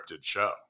show